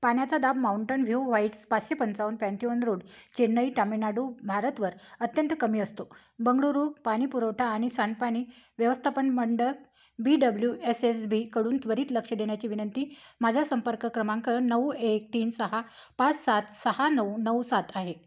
पाण्याचा दाब mountain view वाईटस पाचशे पंचावन पँतीओन रोड चेन्नई तामिळनाडू भारतवर अत्यंत कमी असतो बंगळुरू पाणी पुरवठा आणि सांडपाणी व्यवस्थापन मंडळ बी डब्ल्यू एस एस बीकडून त्वरित लक्ष देण्याची विनंती माझा संपर्क क्रमांक नऊ एक तीन सहा पाच सात सहा नऊ नऊ सात आहे